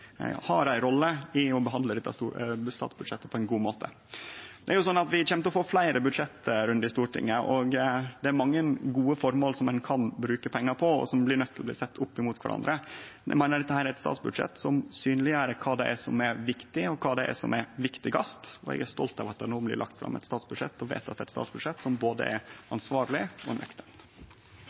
har ei rolle i å behandle dette statsbudsjettet på ein god måte. Vi kjem til å ha fleire budsjettrundar i Stortinget, og det er mange gode formål ein kan bruke pengar på, og som ein blir nøydd til å setje opp mot kvarandre. Eg meiner at dette er eit statsbudsjett som synleggjer kva som er viktig, og kva som er viktigast, og eg er stolt av at det no blir lagt fram og vedteke eit statsbudsjett som er både ansvarleg og